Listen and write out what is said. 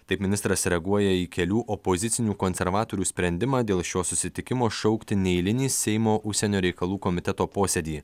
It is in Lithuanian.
taip ministras reaguoja į kelių opozicinių konservatorių sprendimą dėl šio susitikimo šaukti neeilinį seimo užsienio reikalų komiteto posėdį